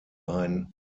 ein